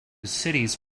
cities